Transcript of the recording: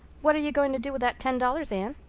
what are you going to do with that ten dollars, anne?